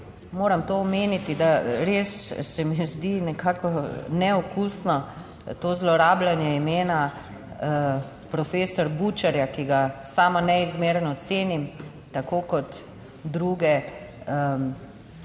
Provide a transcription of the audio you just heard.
moram to omeniti, da res se mi zdi nekako neokusno to zlorabljanje imena profesor Bučarja, ki ga sama neizmerno cenim, tako kot druge,